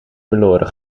verloren